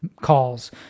calls